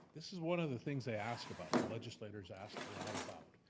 this is one of the things they asked about, the legislators asked a lot about.